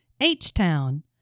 H-Town